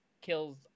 kills